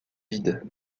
vide